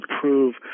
prove